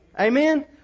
Amen